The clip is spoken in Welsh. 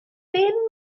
bum